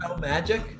Magic